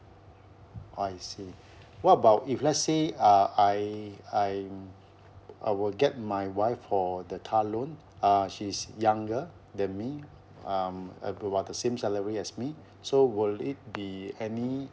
I see what about if let's say uh I I'm I would get my wife for the car loan uh she's younger than me um about the same salary as me so will it be any